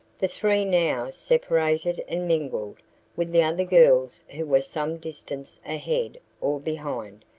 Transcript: the three now separated and mingled with the other girls who were some distance ahead or behind,